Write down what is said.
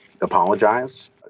apologize